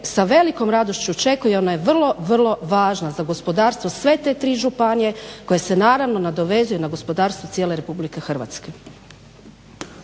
sa velikom radošću čekana i ona je vrlo, vrlo važna za gospodarstvo sve te tri županije koje se naravno nadovezuje na gospodarstvo cijele RH.